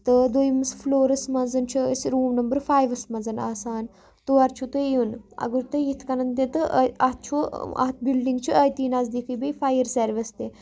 تہٕ دوٚیمِس فٕلورَس منٛز چھُ أسۍ روٗم نمبر فایِوَس منٛز آسان تور چھُ تۄہہِ یُن اگر تُہۍ یِتھ کَنَن تہِ تہٕ اَتھ چھُ اَتھ بِلڈِنٛگ چھُ أتی نزدیٖکٕے بیٚیہِ فایر سٔروِس تہِ